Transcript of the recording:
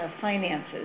finances